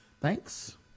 Thanks